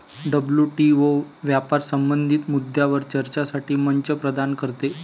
WTO व्यापार संबंधित मुद्द्यांवर चर्चेसाठी मंच प्रदान करते